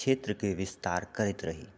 क्षेत्रके विस्तार करैत रही